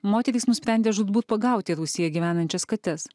moterys nusprendė žūtbūt pagauti rūsyje gyvenančias kates